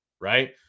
right